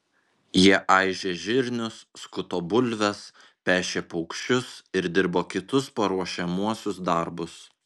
jie aižė žirnius skuto bulves pešė paukščius ir dirbo kitus paruošiamuosius darbus